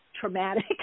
traumatic